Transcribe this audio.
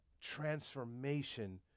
transformation